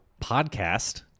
podcast